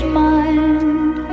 mind